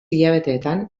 hilabeteetan